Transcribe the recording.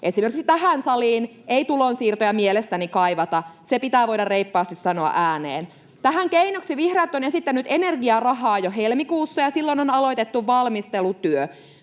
Esimerkiksi tähän saliin ei tulonsiirtoja mielestäni kaivata, se pitää voida reippaasti sanoa ääneen. Tähän keinoksi vihreät ovat esittäneet energiarahaa jo helmikuussa, ja silloin on aloitettu valmistelutyö.